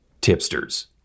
tipsters